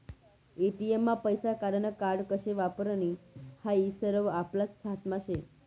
ATM मा पैसा काढानं कार्ड कशे वापरानं हायी सरवं आपलाच हातमा शे